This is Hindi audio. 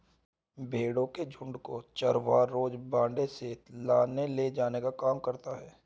भेंड़ों के झुण्ड को चरवाहा रोज बाड़े से लाने ले जाने का काम करता है